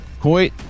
Koi